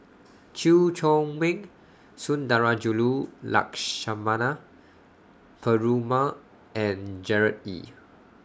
Chew Chor Meng Sundarajulu Lakshmana Perumal and Gerard Ee